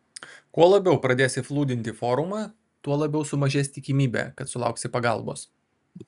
kuo labiau pradėsi flūdinti forumą tuo labiau sumažės tikimybė kad sulauksi pagalbos